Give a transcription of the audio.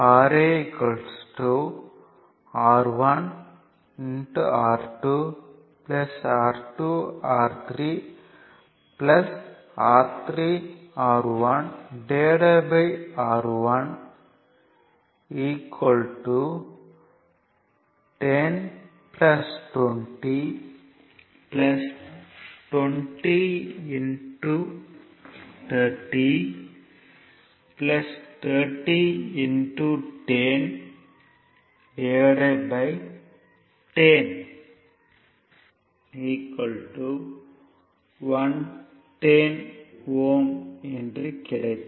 Ra R1R2 R2 R3 R3 R1R1 10 20 20 30 30 10 10 110 Ω என்று கிடைக்கும்